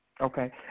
Okay